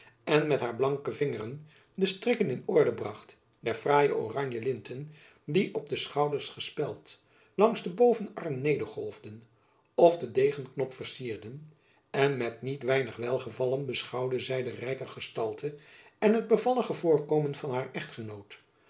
en met haar blanke vingeren de strikken in orde bracht der fraaie oranje linten die op de schouders gespeld langs den bovenarm nedergolfden of den degenknop vercierden en met niet weinig welgevallen beschouwde zy de rijke gestalte en het bevallig voorkomen van haren echtgenoot